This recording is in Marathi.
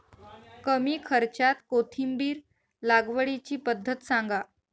कमी खर्च्यात कोथिंबिर लागवडीची पद्धत सांगा